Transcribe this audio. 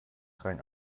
rang